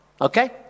okay